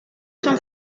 son